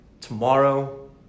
tomorrow